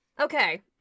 Okay